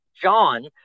john